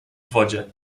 wodzie